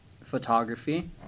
photography